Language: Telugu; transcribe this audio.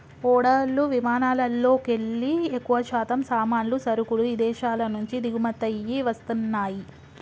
ఓడలు విమానాలల్లోకెల్లి ఎక్కువశాతం సామాన్లు, సరుకులు ఇదేశాల నుంచి దిగుమతయ్యి వస్తన్నయ్యి